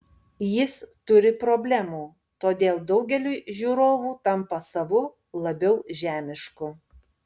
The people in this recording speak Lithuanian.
jis turi problemų todėl daugeliui žiūrovų tampa savu labiau žemišku